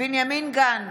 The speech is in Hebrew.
בנימין גנץ,